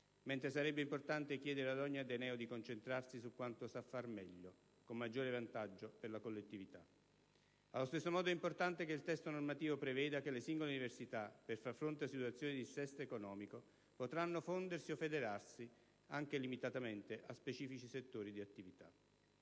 mentre sarebbe importante chiedere ad ogni ateneo di concentrarsi su quanto sa far meglio, con maggiore vantaggio per la collettività. Allo stesso modo è importante che il testo normativo preveda che le singole università, per far fronte a situazioni di dissesto economico, potranno fondersi o federarsi tra loro anche limitatamente a specifici settori di attività.